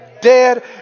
dead